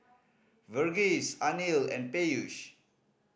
Verghese Anil and Peyush